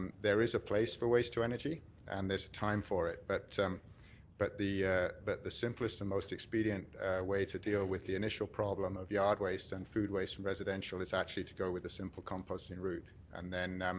there is a place for waste to energy and there's a time for it, but but the but the simplest and most expedient way to deal with the initial problem of yard waste and food waste from residential is actually to go with the simple composting route, and then